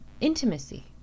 intimacy